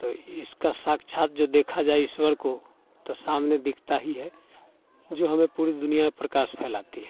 तो इसका साक्षात जो देखा जाए ईश्वर को तो सामने दिखता ही है जो हमें पूरी दुनिया में प्रकाश फैलाती है